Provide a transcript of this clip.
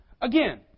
Again